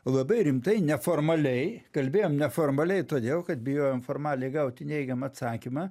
labai rimtai neformaliai kalbėjom neformaliai todėl kad bijojom formaliai gauti neigiamą atsakymą